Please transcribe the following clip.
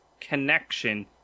connection